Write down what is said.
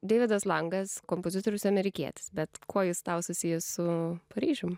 deividas langas kompozitorius amerikietis bet kuo jis tau susijęs su paryžium